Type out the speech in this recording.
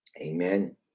Amen